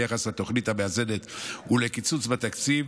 ביחס לתוכנית המאזנת ולקיצוץ בתקציב,